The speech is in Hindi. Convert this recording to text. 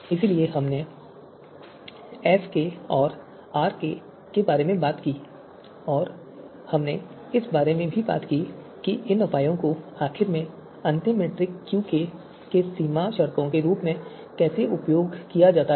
इसलिए हमने एसके और आरके के बारे में बात की और हमने इस बारे में भी बात की कि इन उपायों को आखिर में अंतिम मीट्रिक क्यूके में सीमा शर्तों के रूप में कैसे उपयोग किया जाता है